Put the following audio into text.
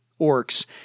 orcs